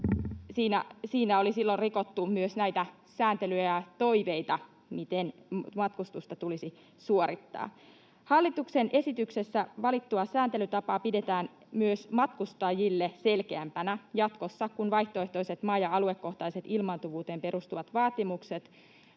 siinä oli silloin rikottu myös näitä sääntelyjä ja toiveita, miten matkustusta tulisi suorittaa. Hallituksen esityksessä valittua sääntelytapaa pidetään myös matkustajille selkeämpänä jatkossa, kun vaihtoehtoiset maa- ja aluekohtaiset ilmaantuvuuteen perustuvat vaatimukset